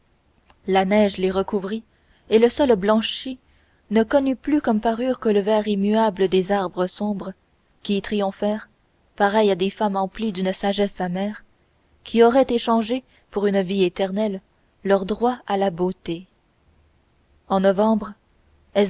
la neige les recouvrit et le sol blanchi ne connut plus comme parure que le vert immuable des arbres sombres qui triomphèrent pareils à des femmes emplies d'une sagesse amère qui auraient échangé pour une vie éternelle leur droit à la beauté en novembre